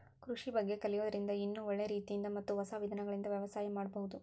ಕೃಷಿ ಬಗ್ಗೆ ಕಲಿಯೋದ್ರಿಂದ ಇನ್ನೂ ಒಳ್ಳೆ ರೇತಿಯಿಂದ ಮತ್ತ ಹೊಸ ವಿಧಾನಗಳಿಂದ ವ್ಯವಸಾಯ ಮಾಡ್ಬಹುದು